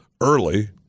early